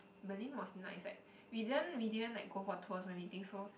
Berlin was nice like we didn't we didn't like go for tours or anything so